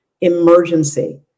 emergency